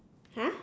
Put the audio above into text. !huh!